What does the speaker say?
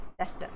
tester